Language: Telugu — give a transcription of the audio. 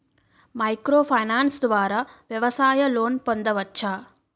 మైక్రో ఫైనాన్స్ ద్వారా వ్యవసాయ లోన్ పొందవచ్చా?